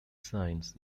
science